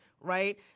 Right